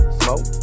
smoke